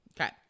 Okay